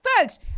Folks